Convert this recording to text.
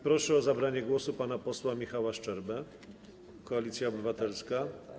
Proszę o zabranie głosu pana posła Michała Szczerbę, Koalicja Obywatelska.